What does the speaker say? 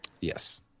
Yes